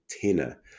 tenor